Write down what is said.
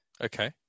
Okay